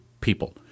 people